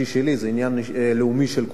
זה עניין לאומי של כולנו.